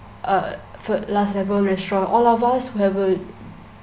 uh for last level restaurant all of us will have uh